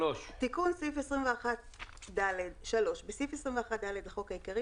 "תיקון סעיף 21ד 3. בסעיף 21ד לחוק העיקרי,